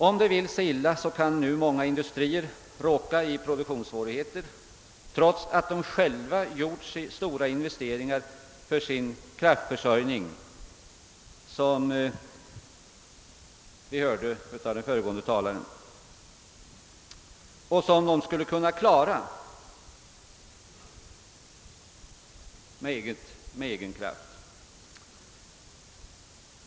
Om det vill sig illa kan många industrier nu råka i produktionssvårigheter trots att de själva gjort stora investeringar för sin kraftförsörjning, såsom vi hörde av den föregående talaren, och trots att de med egen elkraft skulle kunna klara situationen.